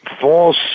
false